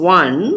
one